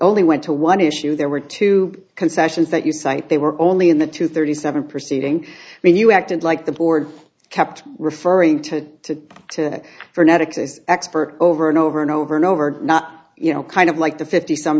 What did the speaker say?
only went to one issue there were two concessions that you cite they were only in the two thirty seven proceeding when you acted like the board kept referring to to to for an addict this expert over and over and over and over not you know kind of like the fifty some